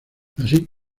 así